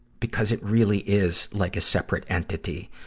because it really is like a separate entity,